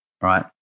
right